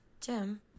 Jim